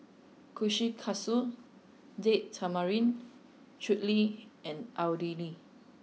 Kushikatsu Date Tamarind Chutney and Idili